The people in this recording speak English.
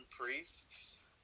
priests